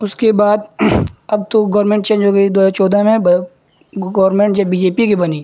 उसके बाद अब तो गवर्नमेन्ट चेन्ज हो गई है दो हज़ार चौदह में गवर्नमेन्ट जब बी जे पी की बनी